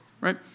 right